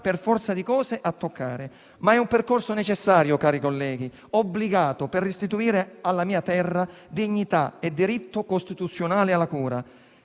per forza di cose a toccare. Ma è un percorso necessario, cari colleghi, e obbligato, per restituire alla mia terra dignità e diritto costituzionale alla cura.